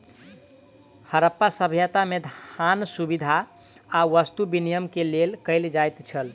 हरप्पा सभ्यता में, धान, सुविधा आ वस्तु विनिमय के लेल कयल जाइत छल